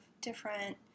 different